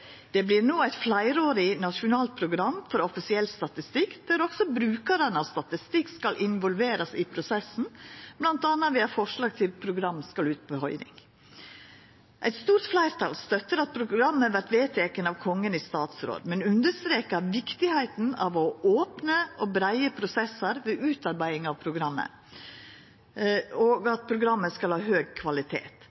Det vert no eit fleirårig nasjonalt program for offisiell statstikk, der også brukarane av statistikk skal involverast i prosessen, bl.a. ved at forslag til program skal ut på høyring. Eit stort fleirtal støttar at programmet vert vedteke av Kongen i statsråd, men understrekar kor viktig det er å ha opne og breie prosessar ved utarbeiding av programmet og